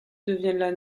deviennent